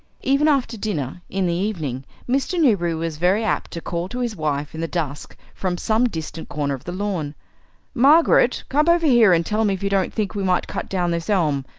even after dinner, in the evening, mr. newberry was very apt to call to his wife in the dusk from some distant corner of the lawn margaret, come over here and tell me if you don't think we might cut down this elm,